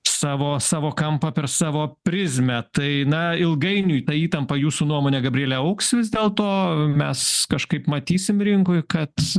savo savo kampą per savo prizmę tai na ilgainiui ta įtampa jūsų nuomone gabriele augs vis dėlto mes kažkaip matysim rinkoj kad